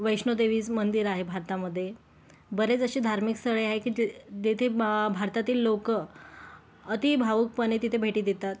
वैष्णोदेवीचं मंदिर आहे भारतमधे बरेच अशी धार्मिक स्थळे आहे तेथे भारतातील लोक अति भावूकपणे तिथे भेटी देतात